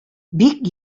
бик